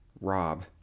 Rob